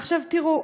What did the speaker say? עכשיו, תראו,